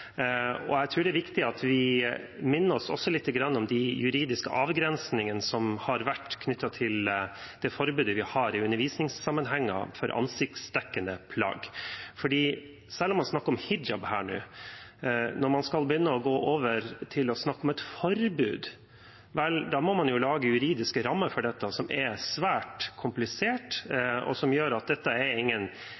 og jeg tror det er viktig at vi minner oss selv litt om de juridiske avgrensningene som har vært knyttet til det forbudet vi har i undervisningssammenhenger når det gjelder ansiktsdekkende plagg. For selv om man nå snakker om hijab – når man skal begynne å gå over til å snakke om et forbud, må man jo lage juridiske rammer for dette, noe som er svært komplisert,